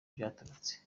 byaturutse